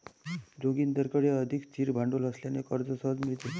जोगिंदरकडे अधिक स्थिर भांडवल असल्याने कर्ज सहज मिळते